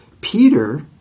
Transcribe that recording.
Peter